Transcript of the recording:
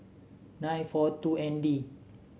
nine four two N D